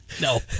No